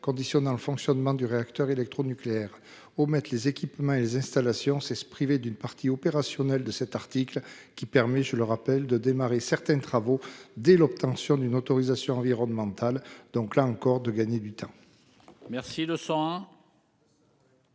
conditionnant le fonctionnement du réacteur électronucléaire. Omettre les équipements et installations, c'est se priver d'une partie opérationnelle de cet article, qui permet- je le rappelle -de démarrer certains travaux dès l'obtention d'une autorisation environnementale, donc, là encore, de gagner du temps.